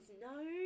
no